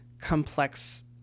complex